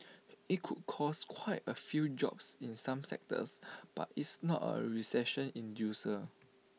IT could cost quite A few jobs in some sectors but it's not A recession inducer